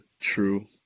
true